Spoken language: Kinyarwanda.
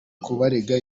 kubarega